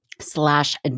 slash